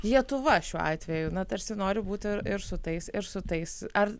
lietuva šiuo atveju na tarsi nori būti ir ir su tais ir su tais ar